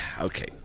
Okay